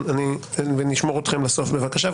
ונשמור אתכם לסוף בבקשה,